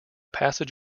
passage